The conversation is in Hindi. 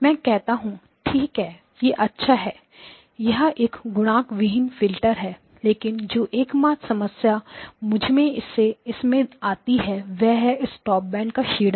मैं कहता हूं ठीक है यह अच्छा है कि यह एक गुणक विहीन फिल्टर है लेकिन जो एकमात्र समस्या मुझे इसमें आती है वह है स्टॉप बैंड का क्षीणन